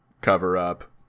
cover-up